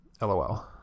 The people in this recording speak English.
lol